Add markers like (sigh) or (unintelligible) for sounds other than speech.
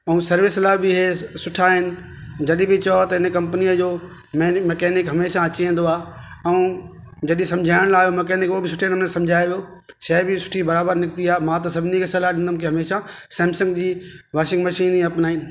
ऐं सर्विस लाइ बि हीअ सुठा आहिनि जॾहिं बि चओ त हिन कंपनीअ जो (unintelligible) मकैनिक हमेशह अची वेंदो आहे ऐं जॾहिं सम्झायण लाइ मकैनिक हुओ बि सुठे नमूने सम्झाइ थो शइ बि सुठी बराबरि निकिती आहे मां त सभिनी खे सलाहु ॾींदुमि की हमेशह सैमसंग जी वॉशिंग मशीन अपनाइन